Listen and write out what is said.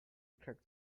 crack